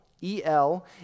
E-L